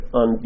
on